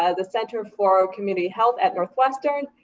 ah the center for community health at northwestern,